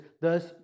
Thus